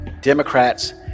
Democrats